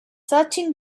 searching